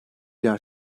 yer